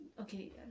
okay